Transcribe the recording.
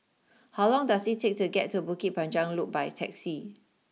how long does it take to get to Bukit Panjang Loop by taxi